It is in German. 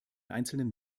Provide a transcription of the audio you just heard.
einzelnen